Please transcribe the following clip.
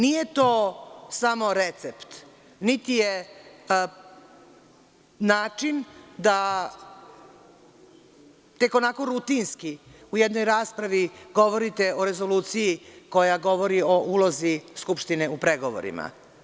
Nije to samo recept niti je način da tek onako rutinski u jednoj raspravi govorite o rezoluciji koja govori o ulozi Skupštine u pregovorima.